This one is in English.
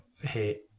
hey